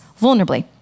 vulnerably